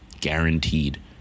Guaranteed